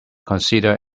consider